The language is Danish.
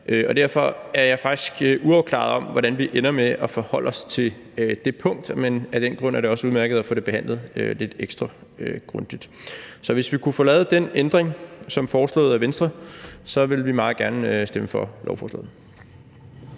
og derfor er jeg faktisk uafklaret om, hvordan vi ender med at forholde os til det punkt. Men af den grund er det også udmærket at få det behandlet lidt ekstra grundigt. Så hvis vi kunne få lavet den ændring som foreslået af Venstre, vil vi meget gerne stemme for lovforslaget.